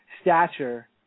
stature